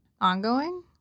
ongoing